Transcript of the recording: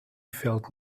felt